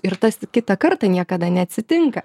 ir tas kitą kartą niekada neatsitinka